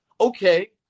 okay